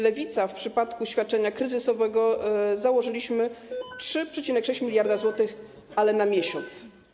Lewica w przypadku świadczenia kryzysowego założyła 3,6 mld zł, ale na miesiąc.